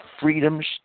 freedoms